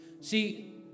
See